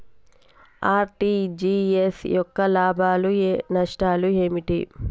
RTGS యొక్క లాభాలు నష్టాలు ఏమిటి?